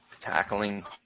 tackling